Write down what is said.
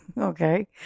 Okay